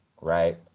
right